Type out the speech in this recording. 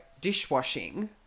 dishwashing